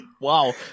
Wow